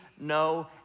no